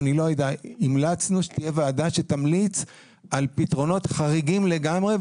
והמלצנו שתהיה ועדה שתמליץ על פתרונות חריגים לגמרי,